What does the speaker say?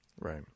Right